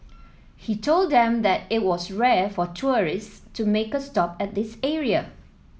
he told them that it was rare for tourists to make a stop at this area